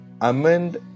amend